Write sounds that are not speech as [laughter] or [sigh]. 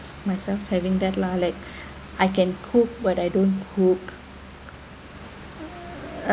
myself having that lah like [breath] I can cook but I don't cook